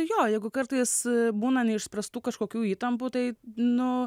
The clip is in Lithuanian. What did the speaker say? jo jeigu kartais būna neišspręstų kažkokių įtampų tai nu